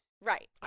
Right